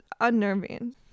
unnerving